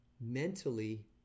mentally